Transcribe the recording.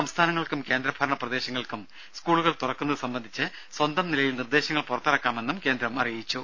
സംസ്ഥാനങ്ങൾക്കും കേന്ദ്ര ഭരണ പ്രദേശങ്ങൾക്കും സ്കൂളുകൾ തുറക്കുന്നത് സംബന്ധിച്ച് സ്വന്തം നിലയിൽ നിർദ്ദേശങ്ങൾ പുറത്തിറക്കാമെന്നും കേന്ദ്രം അറിയിച്ചു